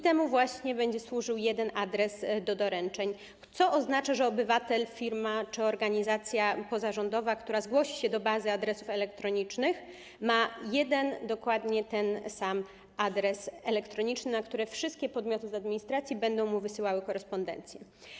Temu właśnie będzie służył jeden adres do doręczeń, co oznacza, że obywatel, firma czy organizacja pozarządowa, która zgłosi się do bazy adresów elektronicznych, ma jeden, dokładnie ten sam adres elektroniczny, na który wszystkie podmioty z administracji będą mu lub jej wysyłały korespondencję.